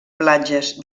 platges